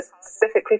specifically